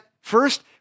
first